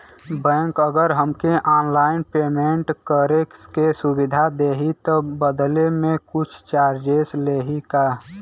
Bank अगर हमके online payment करे के सुविधा देही त बदले में कुछ चार्जेस लेही का?